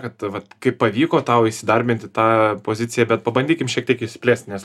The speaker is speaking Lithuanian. kad vat kaip pavyko tau įsidarbint į tą poziciją bet pabandykim šiek tiek išsiplėsti nes